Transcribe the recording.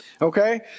okay